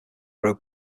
grow